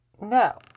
No